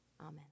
Amen